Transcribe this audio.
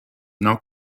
now